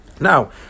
Now